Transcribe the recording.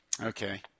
Okay